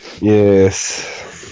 Yes